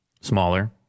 Smaller